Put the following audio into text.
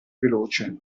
veloce